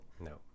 No